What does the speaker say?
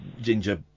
ginger